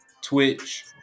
Twitch